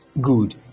Good